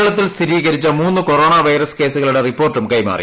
കേരളത്തിൽ സ്ഥിരീകരിച്ച മൂന്ന് കൊറോണ വൈറസ് ക്ക്സുകളുടെ റിപ്പോർട്ടും കൈമാറി